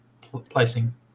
placing